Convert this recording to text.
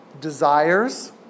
desires